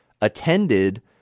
attended